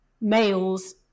males